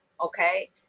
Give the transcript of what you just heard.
Okay